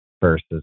versus